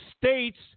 States